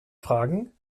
fragen